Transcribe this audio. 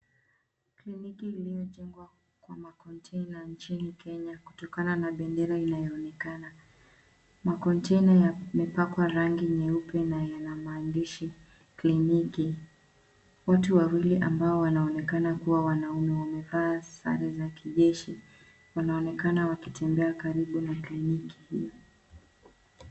Kliniki iliyotengwa kwa makontena nchini Kenya kutokana na bendera inayoonekana. Makontena yamepakwa rangi nyeupe na ina maandishi kliniki. Watu wawili ambao wanaoonekana kuwa wanaume wamevaa sare za kijeshi wanaonekana wakitembea karibu na kliniki hii.